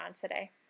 today